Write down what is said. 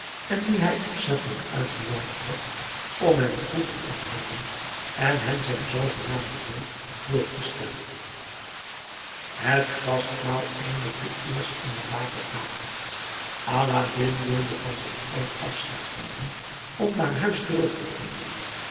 en die hij opzettelijk uitgenoodigd had om hen goed te onthalen en hen zijn zoogenaamden neef voor te stellen het gastmaal eindigde eerst in den laten avond aladdin wilde van zijn oom afscheid nemen om naar huis terug te keeren